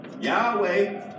Yahweh